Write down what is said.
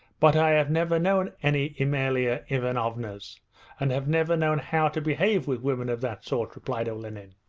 but i have never known any amalia ivanovas, and have never known how to behave with women of that sort replied olenin.